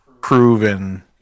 proven